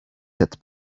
that